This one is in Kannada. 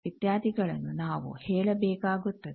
ಇತ್ಯಾದಿಗಳನ್ನು ನಾವು ಹೇಳಬೇಕಾಗುತ್ತದೆ